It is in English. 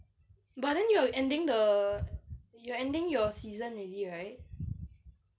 but then you're ending the you're ending your season already right